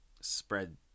spread